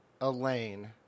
Elaine